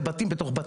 בוא